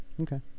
Okay